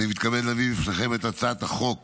וחברי הכנסת, אני מתכבד להביא בפניכם את הצעת חוק